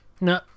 No